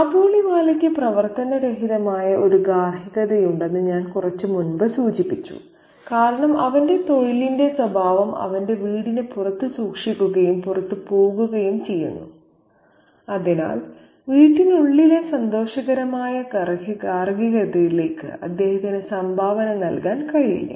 കാബൂളിവാലയ്ക്ക് പ്രവർത്തനരഹിതമായ ഒരു ഗാർഹികതയുണ്ടെന്ന് ഞാൻ കുറച്ച് മുമ്പ് സൂചിപ്പിച്ചു കാരണം അവന്റെ തൊഴിലിന്റെ സ്വഭാവം അവന്റെ വീടിന് പുറത്ത് സൂക്ഷിക്കുകയും പുറത്തുപോകുകയും ചെയ്യുന്നു അതിനാൽ വീട്ടിനുള്ളിലെ സന്തോഷകരമായ ഗാർഹികതയിലേക്ക് അദ്ദേഹത്തിന് സംഭാവന നൽകാൻ കഴിയില്ല